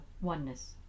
oneness